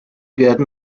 werden